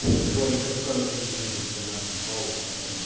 adroit approach in terms of the nuts and bolts. i mean,